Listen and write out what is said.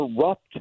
corrupt